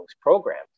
programs